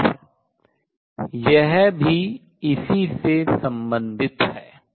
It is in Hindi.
और यह भी इसी से संबंधित है